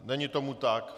Není tomu tak.